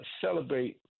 celebrate